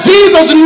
Jesus